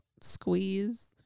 squeeze